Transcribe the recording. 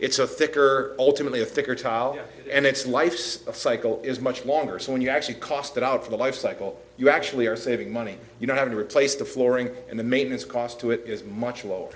it's a thicker ultimately a thicker tile and it's life's a cycle is much longer so when you actually cost that out for the life cycle you actually are saving money you don't have to replace the flooring and the maintenance cost to it is much lower